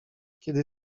kiedy